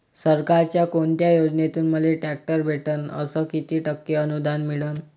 सरकारच्या कोनत्या योजनेतून मले ट्रॅक्टर भेटन अस किती टक्के अनुदान मिळन?